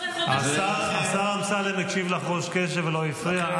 13 חודשים --- השר אמסלם הקשיב לך רוב קשב ולא הפריע.